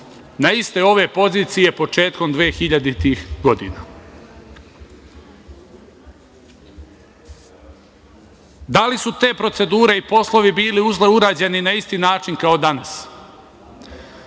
na iste ove pozicije početkom dvehiljaditih godina? Da li su te procedure i poslovi bili urađeni na isti način kao danas?